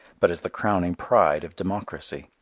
but as the crowning pride of democracy.